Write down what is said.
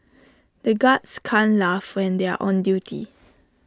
the guards can't laugh when they are on duty